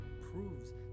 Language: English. proves